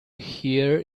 hear